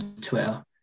Twitter